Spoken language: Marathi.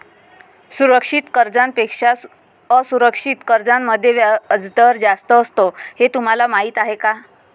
सुरक्षित कर्जांपेक्षा असुरक्षित कर्जांमध्ये व्याजदर जास्त असतो हे तुम्हाला माहीत आहे का?